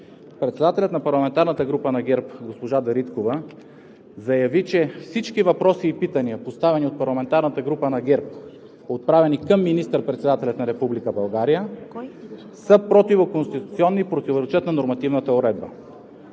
председателят на парламентарната група на ГЕРБ госпожа Дариткова заяви, че всички въпроси и питания, поставени от парламентарната група на ГЕРБ, отправени към министър председателя на Република България, са противоконституционни и противоречат на нормативната уредба.